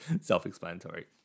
self-explanatory